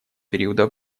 периода